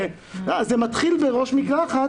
זה מתחיל בראש מקלחת,